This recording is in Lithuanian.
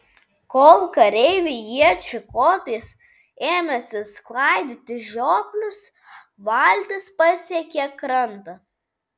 kol kareiviai iečių kotais ėmėsi sklaidyti žioplius valtis pasiekė krantą